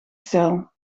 cel